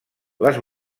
les